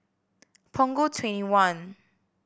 Punggol Twenty one